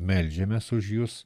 meldžiamės už jus